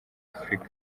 afurika